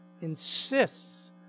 insists